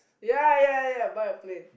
ya ya ya buy a plane